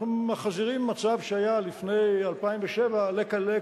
אנחנו מחזירים מצב שהיה לפני 2007 לקדמותו.